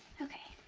okay.